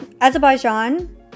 Azerbaijan